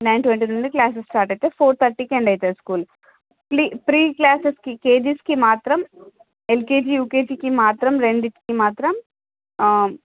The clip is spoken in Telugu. నైన్ ట్వంటీ నుండి క్లాసెస్ స్టార్ట్ అయితాయి ఫోర్ థర్టీకి ఎండ్ అయితుంది స్కూలు ప్లీ ప్రీ క్లాసెస్కి కేజీస్కి మాత్రం ఎల్కేజీ యూకేజీకి మాత్రం రెండింటికి మాత్రం